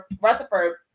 Rutherford